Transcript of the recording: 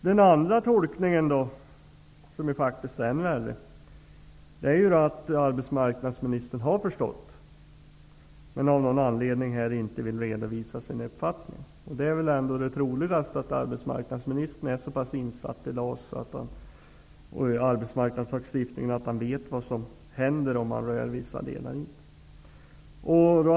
Den andra tolkningen -- som faktiskt är ännu värre -- är att arbetsmarknadsministern har förstått men av någon anledning här inte vill redovisa sin uppfattning. Det troligaste är väl ändå att arbetsmarknadsministern är så pass insatt i LAS och arbetsmarknadslagstiftningen att han vet vad som händer om man rör vissa delar i den.